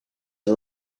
are